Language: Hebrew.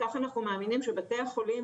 ככל שאנחנו לא נקציב לזה יותר תקציבים,